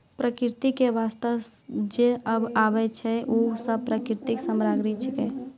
प्रकृति क वास्ते जे सब आबै छै, उ सब प्राकृतिक सामग्री छिकै